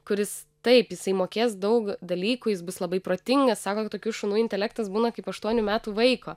kuris taip jisai mokės daug dalykų jis bus labai protingas sako kad tokių šunų intelektas būna kaip aštuonių metų vaiko